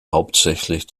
hauptsächlich